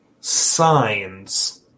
signs